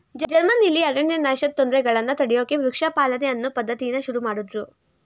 ಜರ್ಮನಿಲಿ ಅರಣ್ಯನಾಶದ್ ತೊಂದ್ರೆಗಳನ್ನ ತಡ್ಯೋಕೆ ವೃಕ್ಷ ಪಾಲನೆ ಅನ್ನೋ ಪದ್ಧತಿನ ಶುರುಮಾಡುದ್ರು